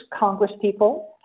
congresspeople